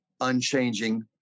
unchanging